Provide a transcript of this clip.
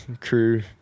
crew